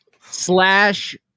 slash